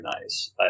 nice